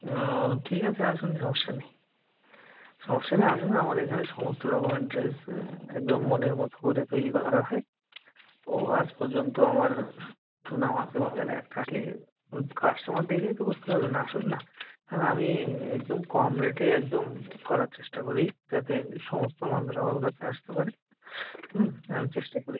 ও ঠিক আছে আসুন সমস্যা নেই সমস্যা নেই আসুন আমার এখানে সমস্ত রকমের ড্রেস একদম মনের মতো করে তৈরি করা হয় ও আজ পর্যন্ত আমার সুনাম আছে বাজারে একটা কে কাস্টমার দেখলেই তো বুঝতে পারবেন আসুন না আর আমি একদম কম রেটে একদম করার চেষ্টা করি যাতে সমস্ত মানুষ আমার কাছে আসতে পারে হুম আমি চেষ্টা করি